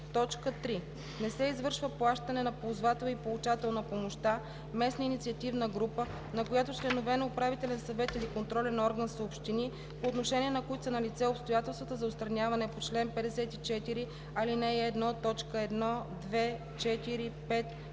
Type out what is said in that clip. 3. не се извършва плащане на ползвател и получател на помощта – местна инициативна група, на която членове на управителен съвет или контролен орган са общини, по отношение на които са налице обстоятелствата за отстраняване по чл. 54, ал. 1, т. 1, 2, 4, 5, 6